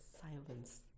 Silence